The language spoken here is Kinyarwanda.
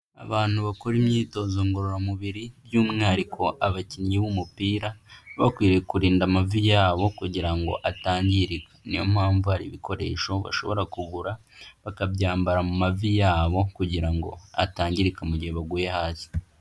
Abantu bakora imyitozo ngororamubiri by'umwihariko abakinnyi b'umupira, baba bakwiriye kurinda amavi yabo kugira ngo atangirika. Niyo mpamvu hari ibikoresho bashobora kugura bakabyambara mu mavi yabo kugira ngo atangirika mu mu gihe baguye hasi.